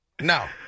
No